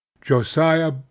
josiah